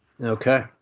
okay